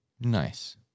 Nice